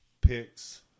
picks